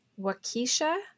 Wakisha